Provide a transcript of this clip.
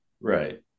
right